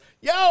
yo